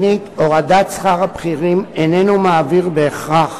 שנית, הורדת שכר הבכירים איננה מעבירה בהכרח